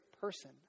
person